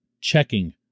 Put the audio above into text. checking